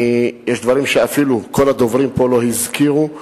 יש דברים שכל הדוברים פה לא הזכירו,